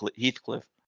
Heathcliff